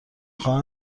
خواهم